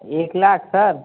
एक लाख सर